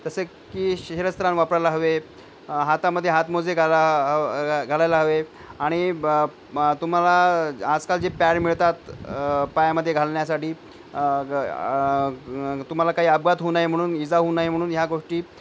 तसे की शिरस्त्राण वापरायला हवे हातामध्ये हात मोजे घाला घालायला हवे आणि ब तुम्हाला आजकाल जे पॅड मिळतात पायामध्ये घालण्यासाठी ग तुम्हाला काही अपघात होऊ नये म्हणून इजा होऊ नये म्हणून ह्या गोष्टी